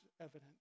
evident